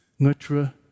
Nutra